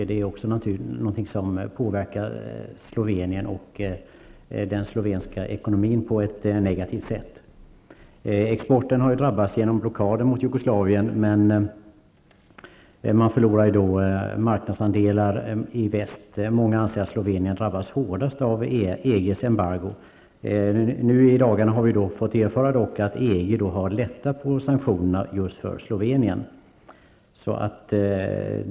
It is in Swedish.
Det är också något som påverkar den slovenska ekonomin på ett negativt sätt. Exporten har drabbats på grund av blockader mot Jugoslavien. Man förlorar då marknadsandelar i väst. Många anser att Slovenien drabbas hårdast av EGs embargo. Nu har vi i dagarna fått erfara att EG har lättat på sanktionerna just för Slovenien.